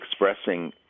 expressing